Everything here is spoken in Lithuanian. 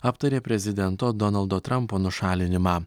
aptarė prezidento donaldo trampo nušalinimą